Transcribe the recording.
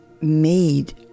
made